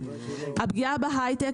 הפגיעה בהיי-טק,